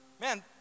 Man